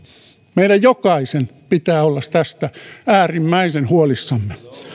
meidän jokaisen pitää olla tästä äärimmäisen huolissamme